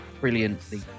Brilliantly